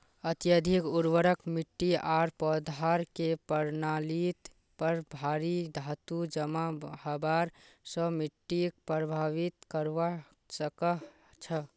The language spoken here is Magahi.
अत्यधिक उर्वरक मिट्टी आर पौधार के प्रणालीत पर भारी धातू जमा हबार स मिट्टीक प्रभावित करवा सकह छह